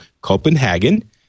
Copenhagen